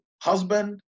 husband